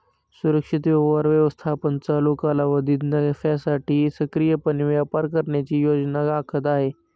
सुरक्षित व्यवहार व्यवस्थापन चालू कालावधीत नफ्यासाठी सक्रियपणे व्यापार करण्याची योजना आखत आहे